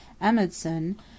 Amundsen